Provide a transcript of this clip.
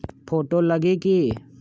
Photo लगी कि?